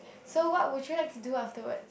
so what would you like to do afterward